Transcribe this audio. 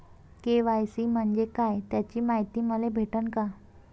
KYC म्हंजे काय त्याची मायती मले भेटन का?